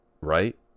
right